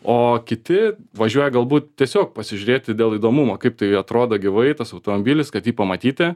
o kiti važiuoja galbūt tiesiog pasižiūrėti dėl įdomumo kaip tai atrodo gyvai tas automobilis kad jį pamatyti